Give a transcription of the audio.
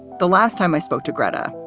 the last time i spoke to gretta.